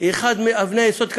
היא אחת מאבני היסוד,